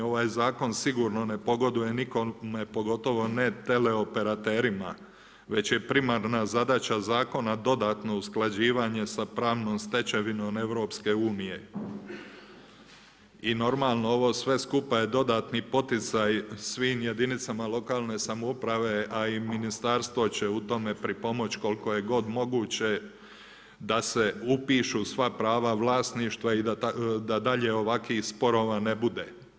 Ovaj zakon sigurno ne pogoduje nikome pogotovo ne teleoperaterima, već je primarna zadaća zakona dodatno usklađivanje sa pravnom stečevinom EU i normalno, ovo sve skupa je dodatni poticaj svim jedinicama lokalne samouprave, a i ministarstvo će u tome pripomoći koliko je god moguće da se upišu prava vlasništva i da dalje ovakvih sporova ne bude.